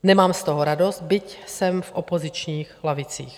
Nemám z toho radost, byť jsem v opozičních lavicích.